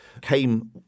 came